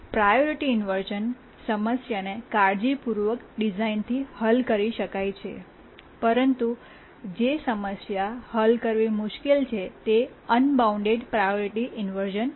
priority inversion સમસ્યાને કાળજીપૂર્વક ડિઝાઇનથી હલ કરી શકાય છે પરંતુ જે સમસ્યા હલ કરવી મુશ્કેલ છે તે અનબાઉન્ડ પ્રાયોરિટી ઇન્વર્શ઼ન છે